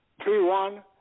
three-one